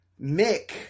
Mick